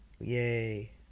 yay